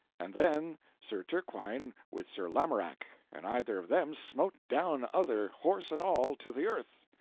and then sir turquine with sir lamorak, and either of them smote down other, horse and all, to the earth,